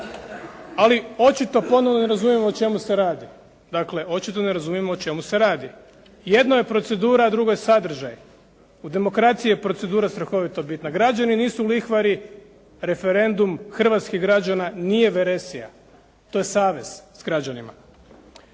Ali očito ponovno ne razumijemo o čemu se radi. Dakle, očito ne razumijemo o čemu se radi. Jedno je procedura, a drugo je sadržaj. U demokraciji je procedura strahovito bitna. Građani nisu lihvari. Referendum hrvatskih građana nije veresija. To je savez s građanima.